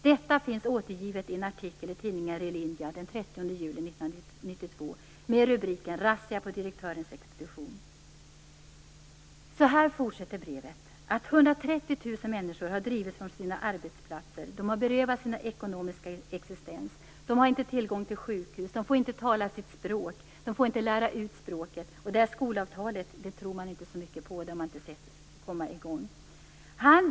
Detta finns återgivet i en artikel i tidningen RILINDJA den 30 juli 1992 med rubriken Så här fortsätter brevet: "Över 130 000 människor har drivits från sina arbetsplatser, de har berövats sin ekonomiska existens och sina tillgångar, sina sjukhus ". Människorna får inte tala sitt språk eller lära ut språket, och skolavtalet tror man inte så mycket på eftersom man inte har sett det komma i gång.